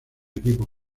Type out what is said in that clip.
equipo